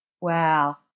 Wow